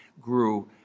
grew